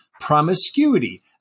promiscuity